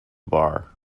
bar